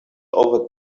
over